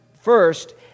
first